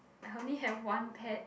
I only have one pet